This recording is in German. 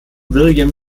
william